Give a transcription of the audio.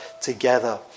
together